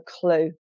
clue